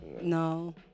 No